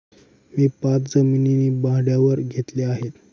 मी पाच जमिनी भाड्यावर घेतल्या आहे